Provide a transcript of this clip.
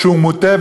שהוא מוטה,